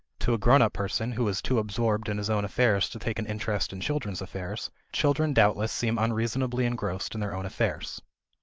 to a grown-up person who is too absorbed in his own affairs to take an interest in children's affairs, children doubtless seem unreasonably engrossed in their own affairs.